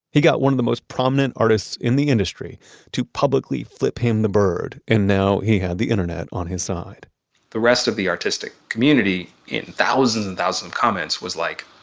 he got one of the most prominent artists in the industry to publicly flip him the bird, and now he had the internet on his side the rest of the artistic community in thousands and thousands comments was like